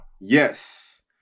Yes